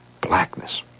Blackness